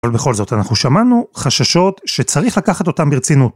אבל בכל זאת אנחנו שמענו חששות שצריך לקחת אותם ברצינות.